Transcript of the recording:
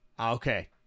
Okay